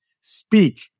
speak